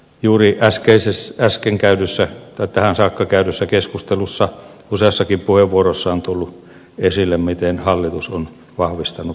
juuri tähän saakka käydyssä keskustelussa useassakin puheenvuorossa on tullut esille se miten hallitus on vahvistanut perusturvaa